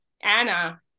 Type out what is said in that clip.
Anna